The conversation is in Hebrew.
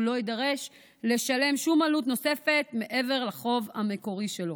הוא לא יידרש לשלם שום עלות נוספת מעבר לחוב המקורי שלו.